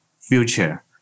future